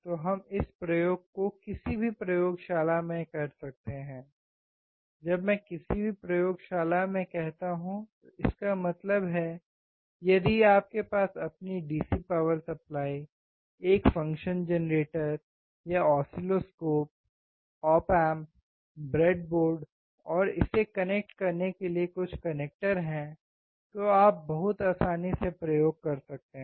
तो हम इस प्रयोग को किसी भी प्रयोगशाला में कर सकते हैं जब मैं किसी भी प्रयोगशाला में कहता हूं तो इसका मतलब है कि यदि आपके पास अपनी DC पावर सप्लाई एक फ़ंक्शन जेनरेटर या ऑसिलोस्कोप ऑप एम्प ब्रेडबोर्ड और इसे कनेक्ट करने के लिए कुछ कनेक्टर हैं तो आप बहुत आसानी से प्रयोग कर सकते हैं